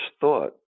thought